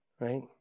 right